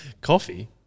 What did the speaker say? Coffee